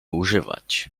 używać